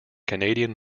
canadian